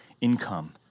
income